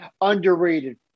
underrated